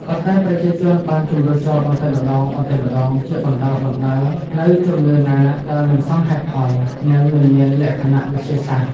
ប៉ុន្តែ ប្រជាជនបានជម្រុះចោលបន្តិចម្តងៗ ជាបណ្តើរៗនូវជំនឿណាដែលមិនសមហេតុផល និងមិនមានលក្ខណៈវិទ្យាសាស្ត្រ។